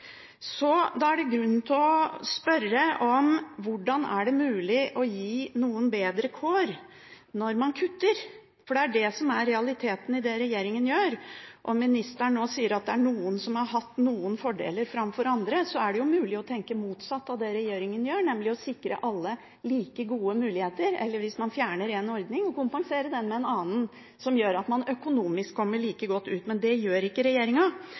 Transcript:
Da er det grunn til å spørre: Hvordan er det mulig å gi noen bedre kår når man kutter? For det er det som er realiteten i det regjeringen gjør. Når ministeren nå sier at det er noen som har hatt fordeler framfor andre, er det jo mulig å tenke motsatt av det regjeringen gjør, nemlig å sikre alle like gode muligheter – eller hvis man fjerner en ordning, kompensere den med en annen, som gjør at man økonomisk kommer like godt ut. Men det gjør ikke